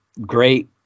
great